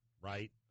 right